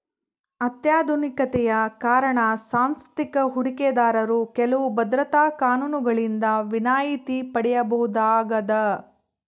ಅತ್ಯಾಧುನಿಕತೆಯ ಕಾರಣ ಸಾಂಸ್ಥಿಕ ಹೂಡಿಕೆದಾರರು ಕೆಲವು ಭದ್ರತಾ ಕಾನೂನುಗಳಿಂದ ವಿನಾಯಿತಿ ಪಡೆಯಬಹುದಾಗದ